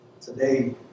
Today